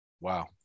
Wow